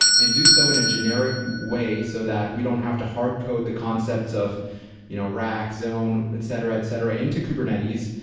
and do so in a generic way so that we don't have to hardcode the concepts of you know rack, zone, etc, etc, into kubernetes,